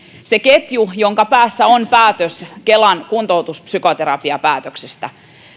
se ketju jonka päässä on päätös kelan kuntoutuspsykoterapiapäätöksestä